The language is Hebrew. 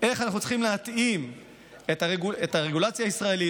איך אנחנו צריכים להתאים את הרגולציה הישראלית,